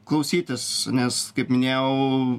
klausytis nes kaip minėjau